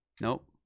Nope